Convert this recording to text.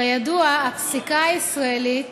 כידוע, הפסיקה הישראלית